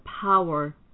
power